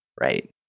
Right